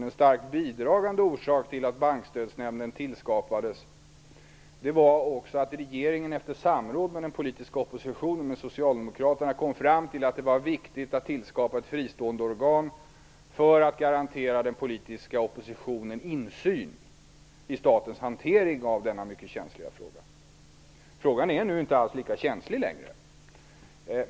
En starkt bidragande orsak till att Bankstödsnämnden skapades var också att regeringen efter samråd med den politiska oppositionen, med socialdemokraterna, kom fram till att det var viktigt att skapa ett fristående organ för att garantera den politiska oppositionen insyn i statens hantering av denna mycket känsliga fråga. Frågan är inte lika känslig längre.